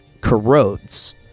corrodes